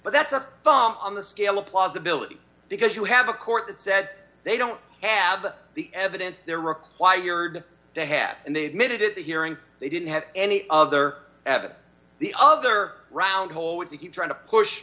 but that's a bump on the scale of plausibility because you have a court that said they don't have the evidence they're required to have and they admitted at the hearing they didn't have any other evidence the other round hole which you keep trying to push